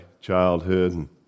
childhood